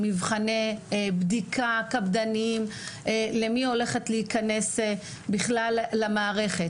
מבחני בדיקה קפדניים למי הולכת להיכנס בכלל למערכת.